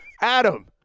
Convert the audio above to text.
Adam